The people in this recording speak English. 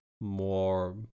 More